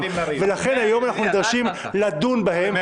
ולכן היום אנחנו נדרשים לדון בהם,